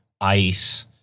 ice